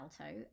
alto